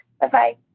Bye-bye